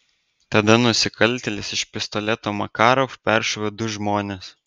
tada nusikaltėlis iš pistoleto makarov peršovė du žmones